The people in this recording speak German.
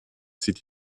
zieht